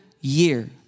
year